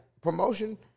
promotion